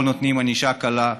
או נותנים ענישה קלה.